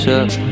up